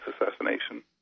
assassination